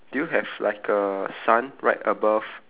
do you have like a sun right above